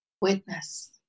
Witness